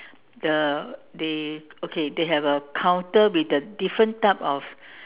the they okay they have a counter with the different type of